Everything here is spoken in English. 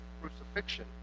crucifixion